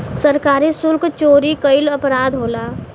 सरकारी सुल्क चोरी कईल अपराध होला